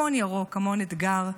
המון ירוק, המון אתגר.